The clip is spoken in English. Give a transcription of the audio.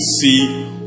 see